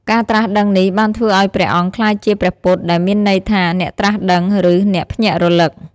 ការត្រាស់ដឹងនេះបានធ្វើឱ្យព្រះអង្គក្លាយជា ព្រះពុទ្ធ ដែលមានន័យថា "អ្នកត្រាស់ដឹង" ឬ "អ្នកភ្ញាក់រលឹក"។